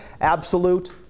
Absolute